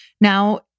now